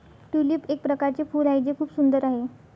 tulip एक प्रकारचे फूल आहे जे खूप सुंदर आहे